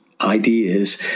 ideas